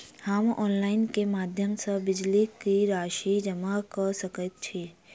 हम ऑनलाइन केँ माध्यम सँ बिजली कऽ राशि जमा कऽ सकैत छी?